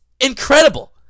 incredible